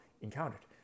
encountered